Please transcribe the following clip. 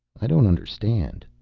i don't understand,